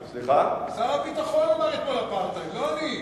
שר הביטחון אמר אתמול "אפרטהייד", לא אני.